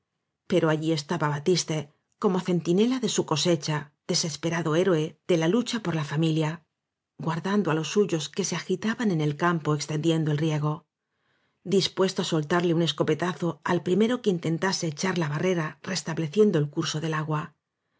pero allí estaba batiste como centinela de su cosecha j desesperado héroe de la lu cha por la fa milia guardandoá los suyos que se agitaban en el campo extendiendo el riego dispuesto á sol tarle un escope tazo al prime ro que inten tase echar la barrera restable ciendo el curso del agua